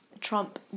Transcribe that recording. Trump